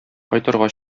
кайтырга